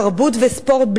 תרבות וספורט.